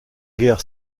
guerre